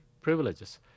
privileges